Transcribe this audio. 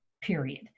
period